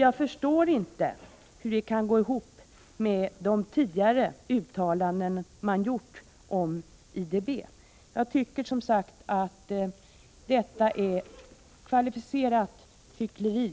Jag förstår inte hur det kan gå ihop med de tidigare uttalanden man gjort om IDB. Jag tycker som sagt att detta är kvalificerat hyckleri.